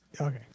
Okay